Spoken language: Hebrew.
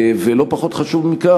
ולא פחות חשוב מכך,